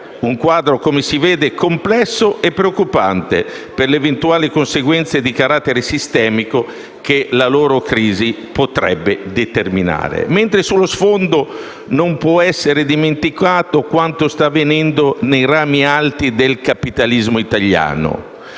Un quadro, come si vede, complesso e preoccupante, per le eventuali conseguenze di carattere sistemico che la loro crisi potrebbe determinare. Mentre, sullo sfondo, non può essere dimenticato quanto sta avvenendo nei rami alti del capitalismo italiano